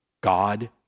God